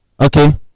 Okay